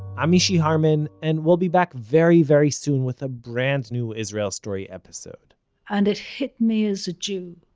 i'm mishy harman, and we'll be back very very soon with a brand new israel story episode and it hit me as a jew